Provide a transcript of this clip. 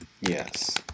Yes